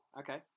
okay